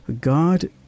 God